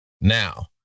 Now